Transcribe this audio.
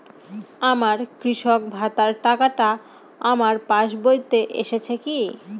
আমার কৃষক ভাতার টাকাটা আমার পাসবইতে এসেছে কি?